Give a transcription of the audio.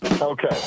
Okay